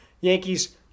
yankees